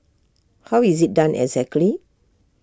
how is IT done exactly